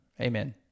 Amen